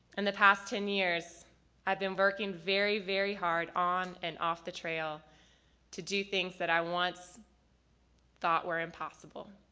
and the past ten years i have been working very, very hard on and off the trail to do things that i once thought were impossible.